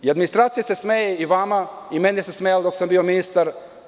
Administracija se smeje i vama i meni se smejala dok sam bio ministar.